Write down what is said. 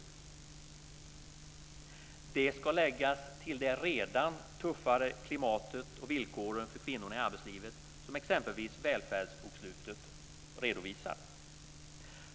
Det ska läggas till det redan tuffare klimatet och villkoren för kvinnor i arbetslivet som Välfärdsbokslutet redovisar.